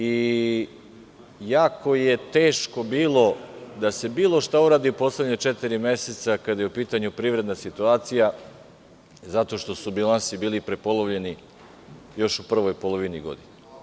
Bilo je jako teško da se bilo šta uradi u poslednja četiri meseca, kada je u pitanju privredna situacija, zato što su bilansi bili prepolovljeni još u prvoj polovini godine.